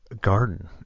garden